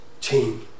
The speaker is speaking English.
team